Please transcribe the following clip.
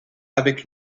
avec